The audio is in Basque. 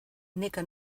neka